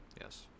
Yes